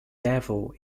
devil